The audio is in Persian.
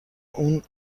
اون